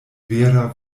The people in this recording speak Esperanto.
vera